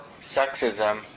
sexism